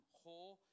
whole